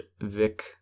Vic